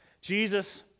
Jesus